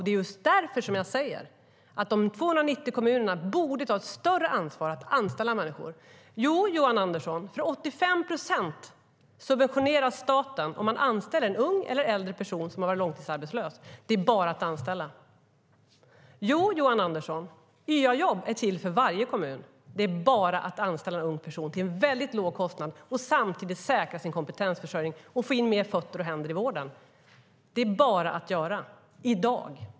Det är just därför jag säger: De 290 kommunerna borde ta ett större ansvar för att anställa människor. Jo, Johan Andersson, till 85 procent subventionerar staten om man anställer en ung eller äldre person som har varit långtidsarbetslös. Det är bara att anställa. Jo, Johan Andersson, YA-jobb är till för varje kommun. Det är bara att anställa en ung person till en väldigt låg kostnad och samtidigt säkra sin kompetensförsörjning och få in mer fötter och händer i vården. Det är bara att göra - i dag!